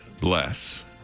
bless